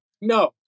no